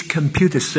Computer